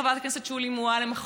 חברת הכנסת שולי מועלם,